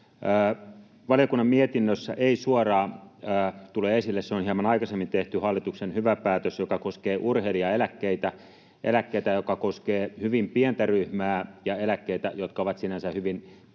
Valiokunnan mietinnössä ei suoraan tule esille — se on hieman aikaisemmin tehty — hallituksen hyvä päätös, joka koskee urheilijaeläkkeitä, eläkkeitä, jotka koskevat hyvin pientä ryhmää, eläkkeitä, jotka ovat sinänsä hyvin pieniä